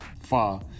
far